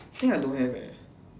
think I don't have eh